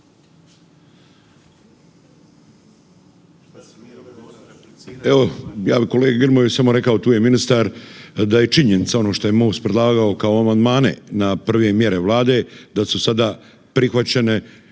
Evo, ja bi kolegi Grmoji rekao tu je ministar, da je činjenica ono što je MOST predlagao kao amandmane na prve mjere Vlade, da su sada prihvaćene,